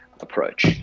approach